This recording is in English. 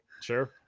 Sure